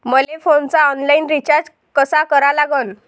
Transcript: मले फोनचा online recharge कसा करा लागन?